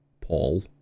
Paul